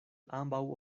ambaŭ